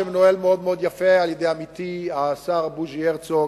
שמנוהל מאוד מאוד יפה בידי עמיתי השר בוז'י הרצוג,